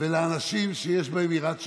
ולאנשים שיש בהם יראת שמיים.